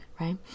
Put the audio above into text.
right